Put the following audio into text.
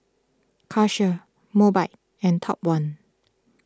Karcher Mobike and Top one